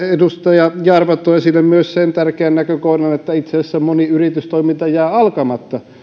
edustaja jarva toi esille myös sen tärkeän näkökohdan että itse asiassa moni yritystoiminta jää alkamatta